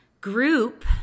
group